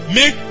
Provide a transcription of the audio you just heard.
make